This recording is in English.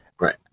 right